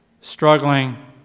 struggling